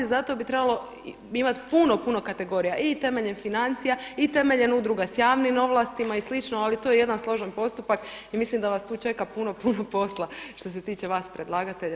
Zato bi trebalo imati puno, puno kategorija i temeljem financija i temeljem udruga s javnim ovlastima i slično, ali to je jedan složen postupak i mislim da vas tu čeka puno, puno posla što se tiče vas predlagatelja.